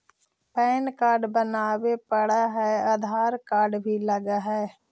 Pan card बनावे पडय है आधार कार्ड भी लगहै?